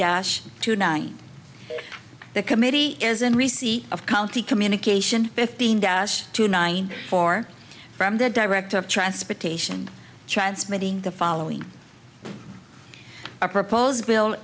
dash tonight the committee is in receipt of county communication fifteen dash two nine four from the director of transportation transmitting the following a proposed bill